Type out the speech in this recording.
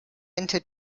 into